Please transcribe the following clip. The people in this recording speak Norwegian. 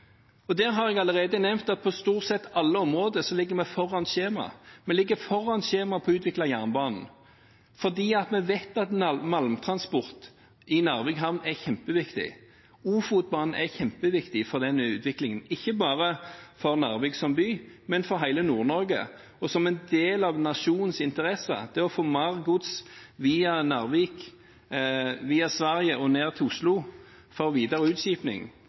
opp. Der har jeg allerede nevnt at på stort sett alle områder ligger vi foran skjemaet. Vi ligger foran skjemaet på utvikling av jernbanen fordi vi vet at malmtransport i Narvik havn er kjempeviktig. Ofotbanen er kjempeviktig for denne utviklingen, ikke bare for Narvik som by, men for hele Nord-Norge. Det er en del av nasjonens interesse å få gods fra Narvik via Sverige og ned til Oslo for videre